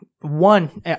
one